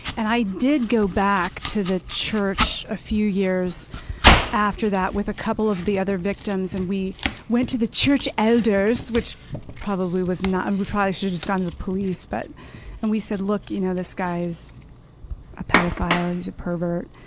and i did go back to the church a few years after that with a couple of the other victims. and we went to the church elders, which probably was not and we probably should've just gone to the police. but and we said, look, you know this guy's a pedophile. he's a pervert.